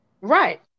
Right